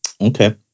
Okay